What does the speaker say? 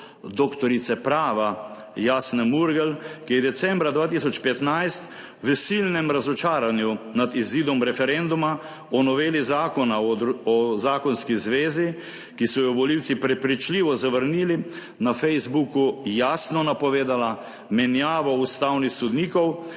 dr. prava Jasne Murgel, ki je decembra 2015 v silnem razočaranju nad izidom referenduma o noveli Zakona o zakonski zvezi in družinskih razmerjih, ki so jo volivci prepričljivo zavrnili, na Facebooku jasno napovedala menjavo ustavnih sodnikov